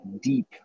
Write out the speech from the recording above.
deep